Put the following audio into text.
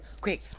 quick